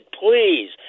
please